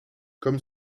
comme